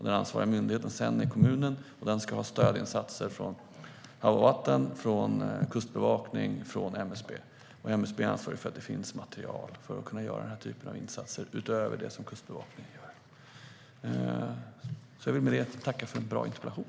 Den ansvariga myndigheten är sedan kommunen, och den ska få stödinsatser från Havs och vattenmyndigheten, Kustbevakningen och MSB. MSB är ansvarigt för att det finns material för att kunna göra den här typen av insatser, utöver det som Kustbevakningen gör. Jag vill med det tacka för en bra interpellation.